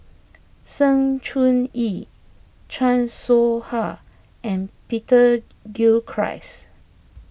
Sng Choon Yee Chan Soh Ha and Peter Gilchrist